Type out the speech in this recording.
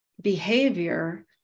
behavior